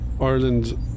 Ireland